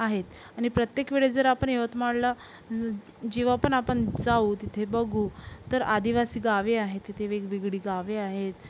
आहे आणि प्रत्येक वेळेस जर आपण यवतमाळला जेव्हापण आपण जाऊ तिथे बघू तर आदिवासी गावे आहे तिथे वेगवेगळी गावे आहेत